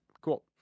cool